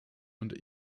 und